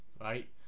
right